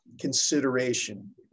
consideration